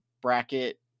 bracket